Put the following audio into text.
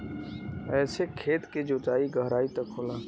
एसे खेत के जोताई गहराई तक होला